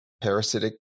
parasitic